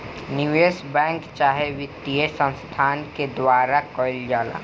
निवेश बैंक चाहे वित्तीय संस्थान के द्वारा कईल जाला